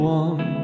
one